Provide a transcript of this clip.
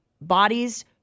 bodies